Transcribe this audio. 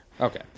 Okay